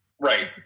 Right